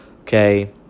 okay